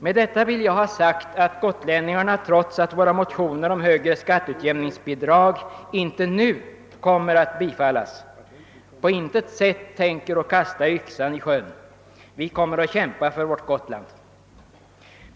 Med detta vill jag ha sagt att gotlänningarna på intet sätt tänker kasta yxan i sjön, trots att våra motioner om högre skatteutjämningsbidrag inte har tillstyrkts. Vi kommer att kämpa för vårt Gotland!